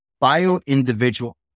bio-individual